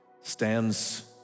stands